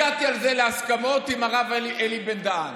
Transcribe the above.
הגעתי על זה להסכמות עם הרב אלי בן-דהן.